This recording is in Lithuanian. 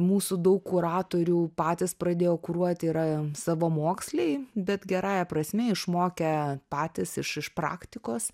mūsų daug kuratorių patys pradėjo kuruoti yra savamoksliai bet gerąja prasme išmokę patys iš iš praktikos